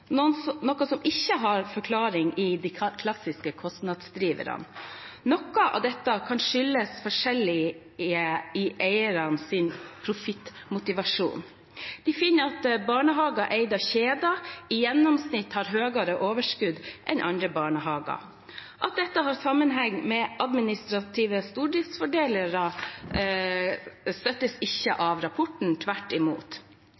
noe som ikke har sin forklaring i de klassiske kostnadsdriverne. Noe av dette kan skyldes forskjell i eiernes profittmotivasjon. De finner at barnehager som er eid av kjeder, i gjennomsnitt har større overskudd enn andre barnehager. At dette har sammenheng med administrative stordriftsfordeler, støttes ikke av rapporten – tvert imot.